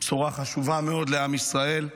בשורה חשובה מאוד לעם ישראל,